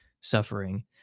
suffering